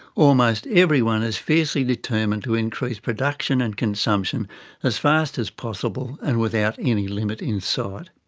almost everyone is fiercely determined to increase production and consumption as fast as possible and without any limit in sight.